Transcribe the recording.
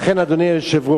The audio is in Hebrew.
לכן, אדוני היושב-ראש,